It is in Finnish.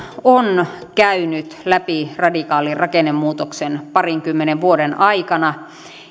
on käynyt läpi radikaalin rakennemuutoksen parinkymmenen vuoden aikana